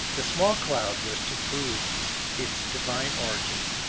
the small cloud was to prove its divine origin,